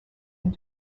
and